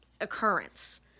occurrence